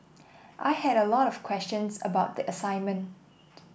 I had a lot of questions about the assignment